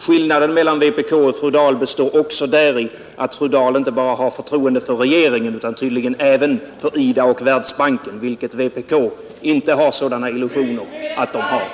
Skillnaden mellan vpk och fru Dahl består också däri att fru Dahl inte bara har förtroende för regeringen, utan tydligen även för IDA och Världsbanken, vilka vpk inte har några sådana illusioner om.